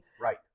right